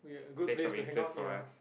place of interest for us